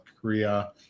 Korea